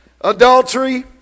Adultery